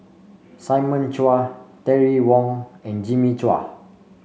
Simon Chua Terry Wong and Jimmy Chua